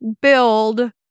build